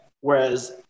Whereas